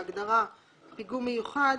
להגדרה "פיגום מיוחד"